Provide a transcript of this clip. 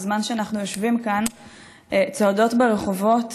בזמן שאנחנו יושבים כאן צועדות ברחובות